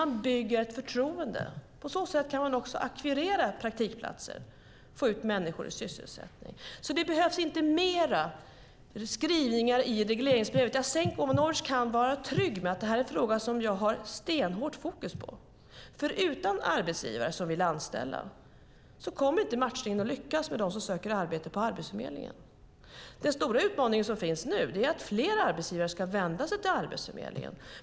Man bygger ett förtroende. På så sätt kan man också ackvirera praktikplatser och få ut människor i sysselsättning. Det behövs inte mer skrivningar i regleringsbrevet. Jasenko Omanovic kan vara trygg med att detta är en fråga som jag har stenhårt fokus på. Utan arbetsgivare som vill anställa kommer inte matchningen att lyckas med dem som söker arbete på Arbetsförmedlingen. Den stora utmaningen som nu finns är att fler arbetsgivare ska vända sig till Arbetsförmedlingen.